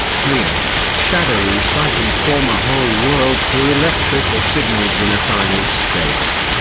clear, shadowy sight and form a whole world through electrical signals in a tiny space?